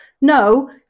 no